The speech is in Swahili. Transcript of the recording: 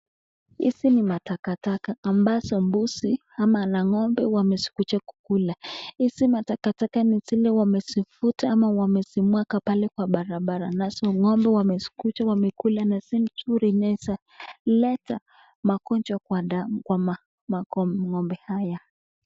Hizi ni matakataka ambazo mbuzi ama ng'ombe wamesikuja kukula. Hizi matakataka ni zile wamesifuta ama wamezimwaga pale kwa barabara na ng'ombe wamesikuja wamekula na si nzuri inaleta magonjwa kwa kwa ng'ombe haya.